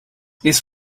this